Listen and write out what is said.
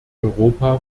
europa